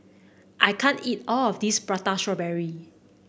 I can't eat all of this Prata Strawberry